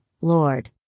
Lord